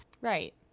right